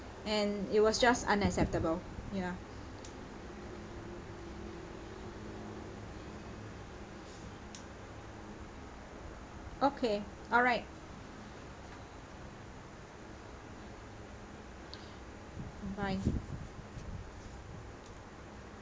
and it was just unacceptable ya okay all right bye